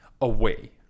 away